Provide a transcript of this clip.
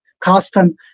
custom